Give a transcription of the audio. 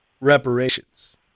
reparations